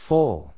Full